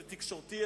זה תקשורתי,